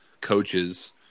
coaches